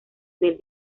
bell